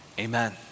Amen